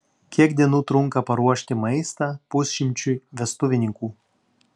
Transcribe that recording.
kiek dienų trunka paruošti maistą pusšimčiui vestuvininkų